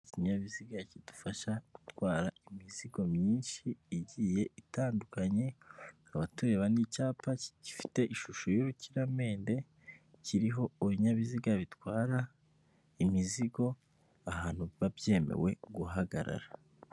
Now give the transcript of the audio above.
Ikinyabiziga kidufasha gutwara imizigo myinshi igiye itandukanye, abatureba ni icyapa gifite ishusho y'urukiramende, kiriho ibinyabiziga bitwara imizigo ahantu biba byemewe guhagarara.